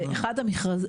זה אחד המכרזים,